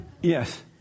Yes